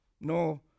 no